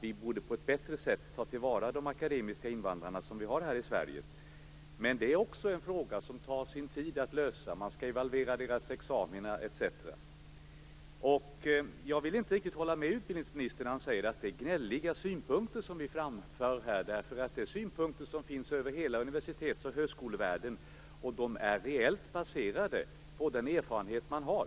Vi borde på ett bättre sätt ta till vara de akademiska invandrare som vi har här i Sverige. Men det är också något som tar sin tid att lösa. Man skall evalvera deras examina etc. Jag vill inte riktigt hålla med utbildningsministern när han säger att vi framför gnälliga synpunkter. Det är synpunkter som finns över hela universitets och högskolevärlden. De är reellt baserade på den erfarenhet man har.